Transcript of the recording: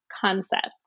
concept